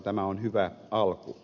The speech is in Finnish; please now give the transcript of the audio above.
tämä on hyvä alku